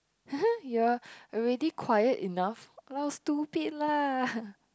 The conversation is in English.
you're already quiet enough !walao! stupid lah